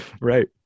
Right